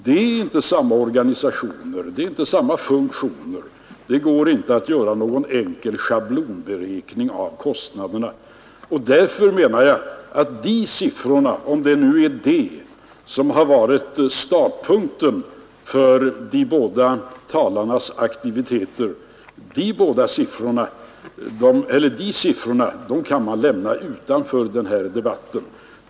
Det är inte samma organisation, de har inte samma funktioner och det gar inte att göra någon enkel schablonberäkning av kostnaderna. Därför menar jag att dessa siffror — om det nu är de som har varit startpunkten för de båda talarnas aktiviteter — kan lämnas utanför debatten.